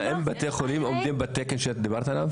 האם בתי החולים עומדים בתקן עליו דיברת?